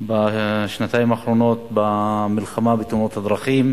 בשנתיים האחרונות במלחמה בתאונות הדרכים.